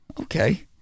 Okay